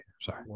Sorry